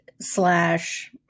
slash